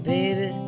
Baby